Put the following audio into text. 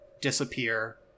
disappear